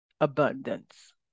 abundance